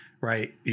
right